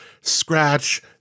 scratch